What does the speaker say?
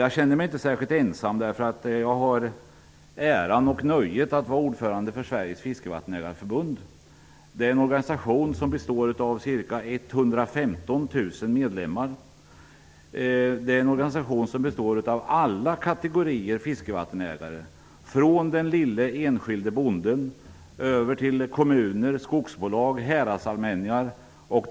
Jag känner mig inte särskilt ensam, eftersom jag har äran och nöjet att vara ordförande i Sveriges Fiskevattenägareförbund. Det är en organisation som har ca 115 000 medlemmar. Den består av alla kategorier av fiskevattenägare, från den lille enskilde bonden till kommuner, skogsbolag och häradsallmänningar.